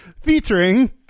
featuring